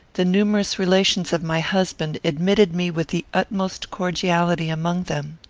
the numerous relations of my husband admitted me with the utmost cordiality among them.